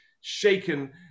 Shaken